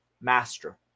master